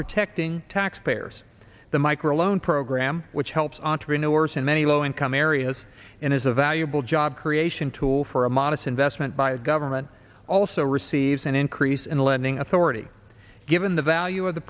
protecting taxpayers the micro loan program which helps entrepreneurs in many low income air as in is a valuable job creation tool for a modest investment by a government also receives an increase in the lending authority given the value of the